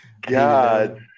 God